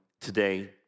today